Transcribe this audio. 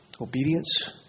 Obedience